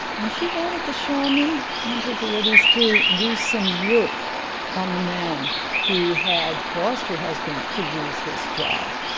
and she wanted the shaman and her deities to do some work on the man who had caused her husband to lose his job.